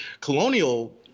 colonial